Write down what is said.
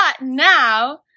now